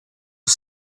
you